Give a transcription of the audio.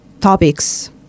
topics